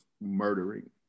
murdering